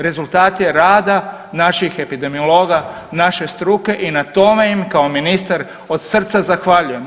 Rezultati rada naših epidemiologa, naše struke i na tome im kao ministar od srca zahvaljujem.